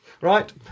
Right